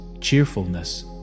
cheerfulness